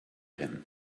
him